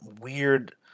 weird